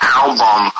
album